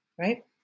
Right